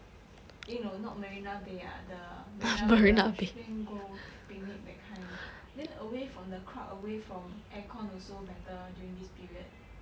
eh no not marina bay ah the marina barrage then go picnic that kind then away from the crowd away from air con also better during this period